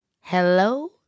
Hello